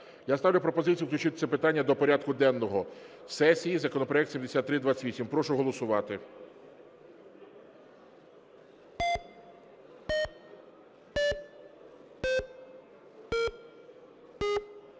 Я ставлю пропозицію включити це питання до порядку денного сесії законопроект 7328. Прошу голосувати.